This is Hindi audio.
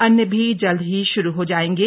अन्य भी जल्द ही शुरू हो जाएंगे